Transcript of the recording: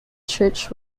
church